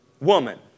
woman